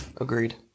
Agreed